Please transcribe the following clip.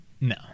no